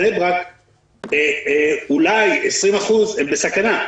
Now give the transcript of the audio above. הדרמטי הוא שבבני ברק אולי 20% בסכנה,